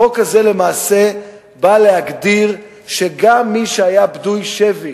החוק הזה למעשה בא להגדיר שגם מי שהיה פדוי שבי